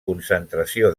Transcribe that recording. concentració